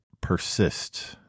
persist